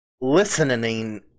listening